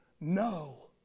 no